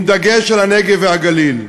עם דגש על הנגב והגליל.